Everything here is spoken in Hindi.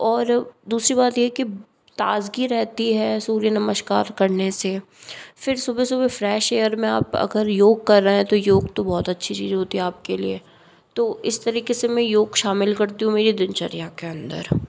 और दूसरी बात ये है की ताज़गी रहती है सूर्य नमस्कार करने से फिर सुबह सुबह फ्रैश एयर में आप अगर योग कर रहें तो योग तो बहुत अच्छी चीज़ होती है आपके लिए तो इस तरीके से मैं योग शामिल करती हूँ मेरी दिनचर्या के अंदर